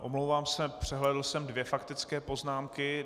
Omlouvám se, přehlédl jsem dvě faktické poznámky.